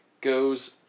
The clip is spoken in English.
goes